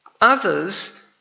Others